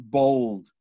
bold